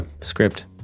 script